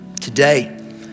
today